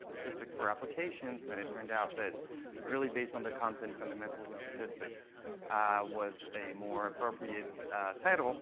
statistics for applications. and it turned out that really, based on the content, fundamentals of statistics was a more appropriate title.